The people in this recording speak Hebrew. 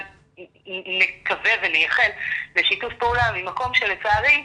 נקווה ונייחל לשיתוף פעולה ממקום שלצערי,